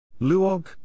Luog